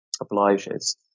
obliges